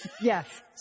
Yes